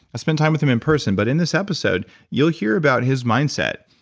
i spent time with him in person but in this episode you'll hear about his mindset,